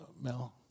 Mel